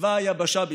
ובצבא היבשה בפרט,